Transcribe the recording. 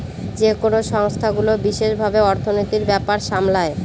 যেকোনো সংস্থাগুলো বিশেষ ভাবে অর্থনীতির ব্যাপার সামলায়